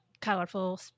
colorful